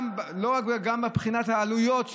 גם מבחינת העלויות,